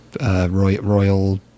royal